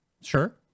Sure